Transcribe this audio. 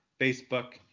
Facebook